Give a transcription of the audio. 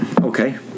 Okay